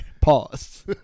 Pause